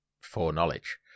foreknowledge